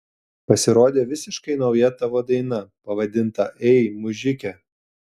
pasirodė visiškai nauja tavo daina pavadinta ei mužike